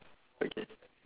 okay